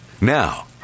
Now